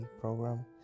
program